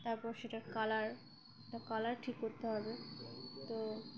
তারপর সেটার কালারটা কালার ঠিক করতে হবে তো